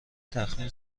تخمین